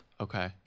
Okay